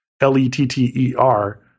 L-E-T-T-E-R